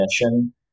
mission